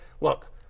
look